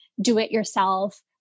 do-it-yourself